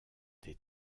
des